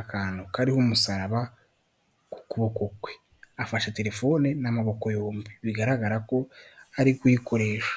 akantu kariho umusaraba ku kuboko kwe, afashe telefone n'amaboko yombi bigaragara ko ari kuyikoresha.